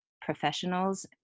professionals